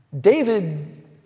David